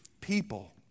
people